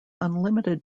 unlimited